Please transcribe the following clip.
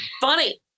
funny